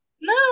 no